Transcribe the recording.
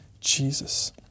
Jesus